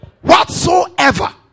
Whatsoever